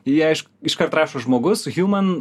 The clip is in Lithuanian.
jie išk iškart rašo žmogus hjuman